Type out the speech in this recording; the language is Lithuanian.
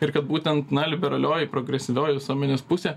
ir kad būtent liberalioji progresyvioji visuomenės pusė